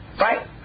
Right